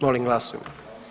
Molim glasujmo.